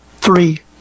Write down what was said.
three